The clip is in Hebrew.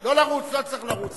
לא לרוץ, לא צריך לרוץ.